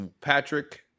Patrick